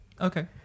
okay